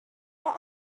but